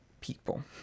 people